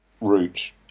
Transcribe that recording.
route